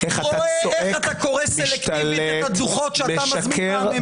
רואה איך אתה קורא סלקטיבית את הדוחות שאתה מזמין ממרכז המחקר והמידע.